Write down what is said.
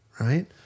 right